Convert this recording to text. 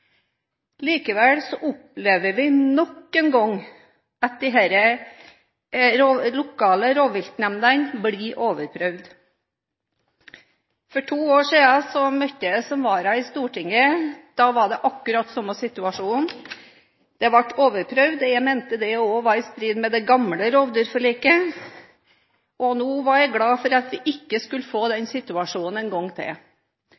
opplever vi nok en gang at disse lokale rovviltnemndene blir overprøvd. For to år siden møtte jeg som vara i Stortinget. Da var det akkurat samme situasjon. De ble overprøvd. Jeg mente det også var i strid med det gamle rovdyrforliket. Nå var jeg glad for at vi ikke skulle få den situasjonen en gang til.